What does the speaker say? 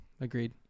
agreed